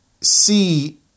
see